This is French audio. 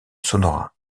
sonora